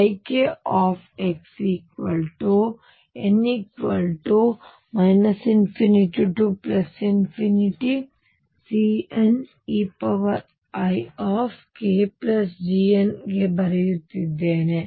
ಹಾಗಾಗಿ ನಾನು ನನ್ನkxn ∞CneikGnx ಬರೆಯುತ್ತಿದ್ದೇನೆ